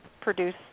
produce